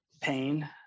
pain